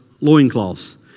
loincloths